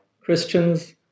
Christians